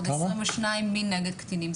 ועוד 22 מין נגד קטינים.